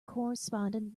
corresponding